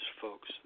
folks